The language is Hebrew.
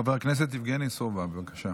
חבר הכנסת יבגני סובה, בבקשה.